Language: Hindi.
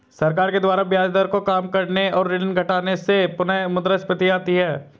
सरकार के द्वारा ब्याज दर को काम करने और ऋण घटाने से पुनःमुद्रस्फीति आती है